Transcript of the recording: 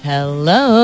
Hello